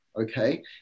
Okay